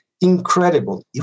incredible